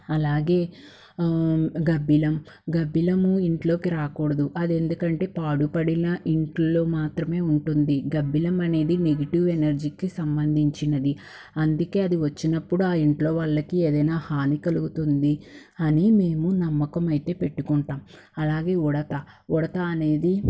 అలాగే గబ్బిలం గబ్బిలము ఇంట్లోకి రాకూడదు అది ఎందుకంటే పాడుపడిన ఇంట్లో మాత్రమే ఉంటుంది గబ్బిలం అనేది నెగిటివ్ ఎనర్జీకి సంబంధించినది అందుకే అది వచ్చినప్పుడు ఆ ఇంట్లో వాళ్ళకి ఏదైనా హాని కలుగుతుంది అని మేము నమ్మకం అయితే పెట్టుకుంటాం అలాగే ఉడత ఉడత అనేది